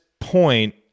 point